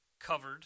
covered